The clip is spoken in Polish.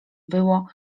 było